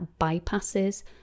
bypasses